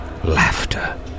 laughter